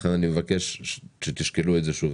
לכן אני מבקש שתשקלו את זה שוב,